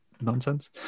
nonsense